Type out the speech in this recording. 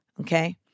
Okay